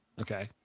Okay